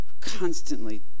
constantly